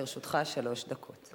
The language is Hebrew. לרשותך שלוש דקות.